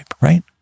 right